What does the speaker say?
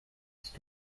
bist